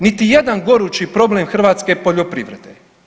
Niti jedan gorući problem hrvatske poljoprivrede.